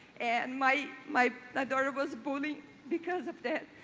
and my my daughter was bullied because of that.